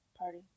party